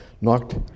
knocked